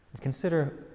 consider